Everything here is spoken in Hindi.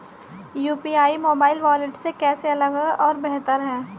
यू.पी.आई मोबाइल वॉलेट से कैसे अलग और बेहतर है?